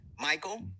Michael